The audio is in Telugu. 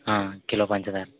కిలో పంచదార